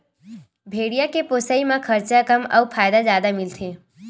भेड़िया के पोसई म खरचा कम अउ फायदा जादा मिलथे